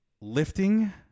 Lifting